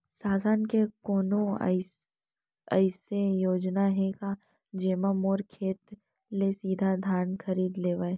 शासन के कोनो अइसे योजना हे का, जेमा मोर खेत ले सीधा धान खरीद लेवय?